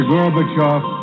Gorbachev